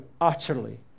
utterly